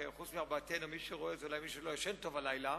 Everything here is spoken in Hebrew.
כי פרט לארבעתנו מי שרואה את זה הוא אולי מי שלא ישן טוב הלילה,